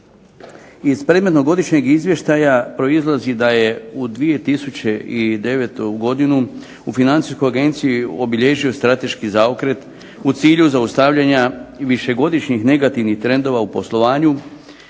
Iz predmetnog godišnjeg izvještaja proizlazi da je u 2009. godini u Financijsku agenciju obilježio strateški zaokret u cilju zaustavljanja višegodišnjih negativnih trendova u poslovanju